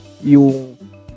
yung